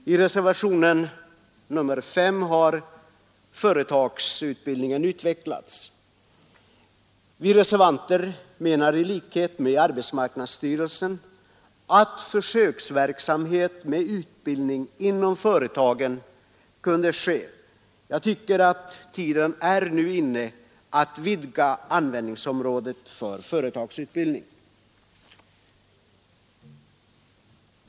Vi har utvecklat vår syn på företagsutbildningen i reservationen 5. Vi reservanter menar, i likhet med arbetsmarknadsstyrelsen, att försöksverksamhet med utbildning inom företagen kunde ske. Jag tycker att tiden nu är inne att vidga användningsområdet för företagsutbildningen.